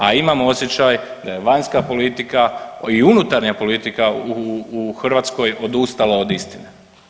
A imam osjećaj da je vanjska politika i unutarnja politika u Hrvatskoj odustala od istine.